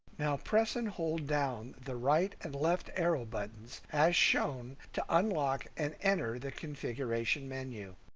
now, press and hold down the right and left arrow buttons as shown to unlock and enter the configuration menu.